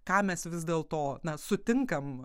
ką mes vis dėlto mes sutinkam